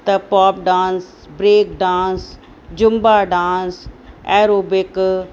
त pop dance break dance Zumba dance aerobic